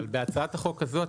בהצעת החוק הזאת,